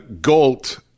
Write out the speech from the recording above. galt